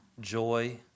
Joy